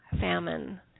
famine